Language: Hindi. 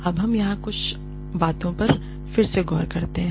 अब हम यहाँ कुछ बातों पर फिर से गौर करते हैं